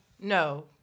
No